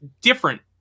different